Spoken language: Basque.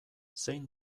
zein